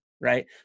Right